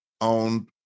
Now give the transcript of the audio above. on